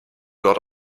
dort